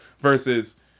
Versus